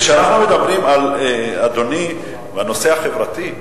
כשמדברים, אדוני, על הנושא החברתי,